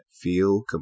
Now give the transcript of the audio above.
feel